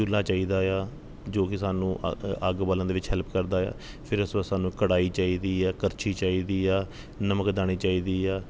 ਚੁੱਲ੍ਹਾ ਚਾਹੀਦਾ ਆ ਜੋ ਕਿ ਸਾਨੂੰ ਅੱਗ ਅੱਗ ਬਾਲਣ ਦੇ ਵਿੱਚ ਹੈਲਪ ਕਰਦਾ ਹੈ ਫਿਰ ਉਸ ਤੋਂ ਬਾਅਦ ਸਾਨੂੰ ਕੜਾਹੀ ਚਾਹੀਦੀ ਹੈ ਕੜਛੀ ਚਾਹੀਦੀ ਆ ਨਮਕ ਦਾਣੀ ਚਾਹੀਦੀ ਆ